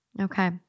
Okay